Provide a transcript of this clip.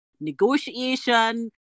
negotiation